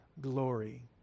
glory